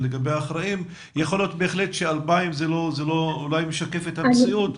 יכול להיות ש-2,000 לא משקף את המציאות.